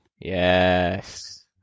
Yes